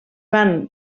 van